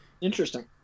Interesting